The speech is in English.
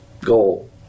goal